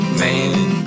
man